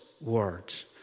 words